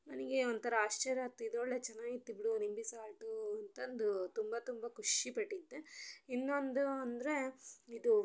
ನನಗೆ ಒಂಥರ ಆಶ್ಚರ್ಯ ಆತು ಇದೊಳ್ಳೆ ಚನಾಗಿತ್ ಬಿಡು ನಿಂಬೆ ಸಾಲ್ಟು ಅಂತಂದು ತುಂಬ ತುಂಬ ಖುಷಿಪಟ್ಟಿದ್ದೆ ಇನ್ನೊಂದು ಅಂದರೆ ಇದು